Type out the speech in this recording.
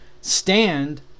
stand